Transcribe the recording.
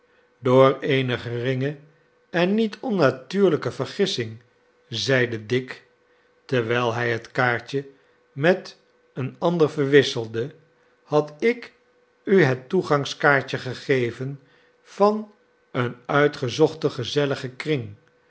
door eene geringe en niet onnatuurlijke vergissing zeide dick jterwijl hij het kaartje met een ander verwisselde had ik u het toegangkaartje gegeven van een uitgezochten gezelligen kring